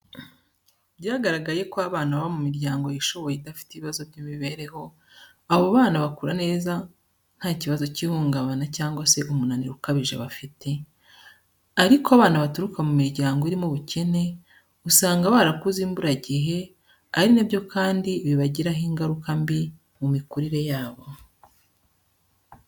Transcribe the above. Byagaragaye ko abana baba mu miryango yishoboye idafite ibibazo by'imibereho, abo bana bakura neza ntakibazo cy'ihungabana cyangwa umunaniro ukabije bafite. Ariko abana baturuka mu miryango irimo ubukene usanga barakuze imburagihe ari na byo kandi bibagiraho ingaruka mbi mu mikurire yabo.